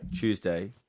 Tuesday